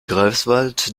greifswald